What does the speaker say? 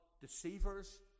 deceivers